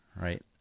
right